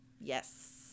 Yes